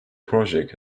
project